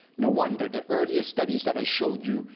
no wonder the earlier studies that i showed you,